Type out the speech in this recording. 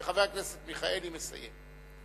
וחבר הכנסת מיכאלי מסיים.